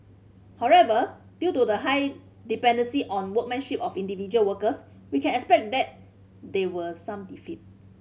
however due to the high dependency on workmanship of individual workers we can expect that there will some defect